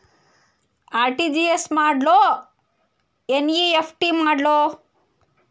RTGS ಮಾಡ್ಲೊ NEFT ಮಾಡ್ಲೊ?